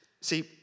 See